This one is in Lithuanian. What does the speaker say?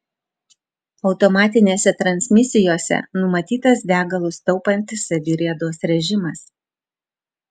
automatinėse transmisijose numatytas degalus taupantis saviriedos režimas